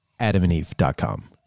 AdamandEve.com